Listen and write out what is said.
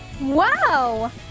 Wow